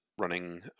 running